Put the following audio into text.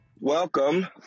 Welcome